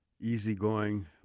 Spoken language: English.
easygoing